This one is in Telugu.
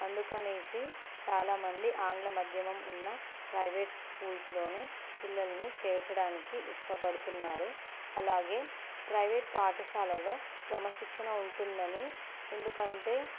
అందుకని చాలామంది ఆంగ్ల మధ్యమం ఉన్న ప్రైవేట్ స్కూల్స్లో పిల్లల్ని చేర్చడానికి ఇష్టపడుతున్నారు అలాగే ప్రైవేట్ పాఠశాలలో క్రమశిక్షణ ఉంటుంది అని ఎందుకంటే